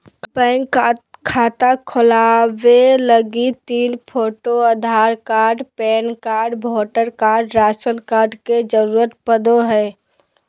bank खाता खोलबावे लगी तीन photo, Aadhaar card, PAN card, voter card, ration card के जरूरत पड़ो हय